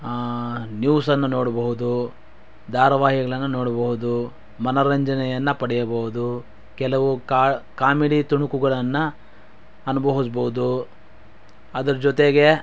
ನ್ಯೂಸನ್ನು ನೋಡ್ಬಹುದು ಧಾರಾವಾಹಿಗಳನ್ನು ನೋಡ್ಬಹುದು ಮನೋರಂಜನೆಯನ್ನ ಪಡೆಯಬಹುದು ಕೆಲವು ಕಾಮಿಡಿ ತುಣುಕುಗಳನ್ನು ಅನುಭವಿಸ್ಬೋದು ಅದರ ಜೊತೆಗೆ